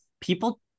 people